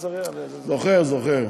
זוכר, זוכר.